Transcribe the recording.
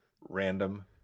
random